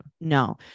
No